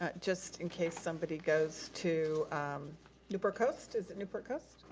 ah just in case somebody goes to um newport coast, is it newport coast?